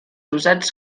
usats